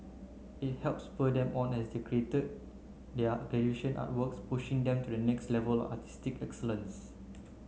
it helped spur them on as they created artworks pushing them to the next level of artistic excellence